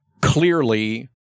Clearly